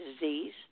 disease